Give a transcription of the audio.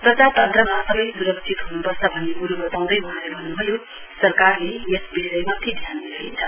प्रजातन्त्रमा सबै स्रक्षित हन्पर्छ भन्ने क्रो बताउँदै वहाँले भन्नुभयो सरकारले यस विषयमाथि ध्यान दिइरहेछ